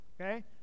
okay